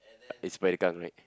it's Spider Kang right